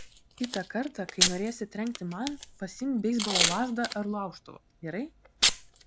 kitą kartą kai norėsi trenkti man pasiimk beisbolo lazdą ar laužtuvą gerai